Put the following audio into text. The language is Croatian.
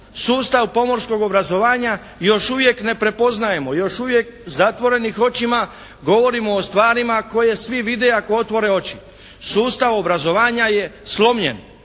sustav pomorskog obrazovanja još uvijek ne prepoznajemo, još uvijek zatvorenim očima govorimo o stvarima koje svi vide ako otvore oči. Sustav obrazovanja je slomljen.